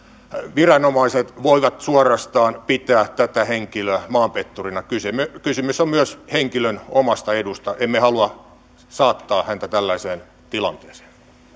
viranomaiset voivat suorastaan pitää tätä henkilöä maanpetturina kysymys on myös henkilön omasta edusta emme halua saattaa häntä tällaiseen tilanteeseen